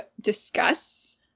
discuss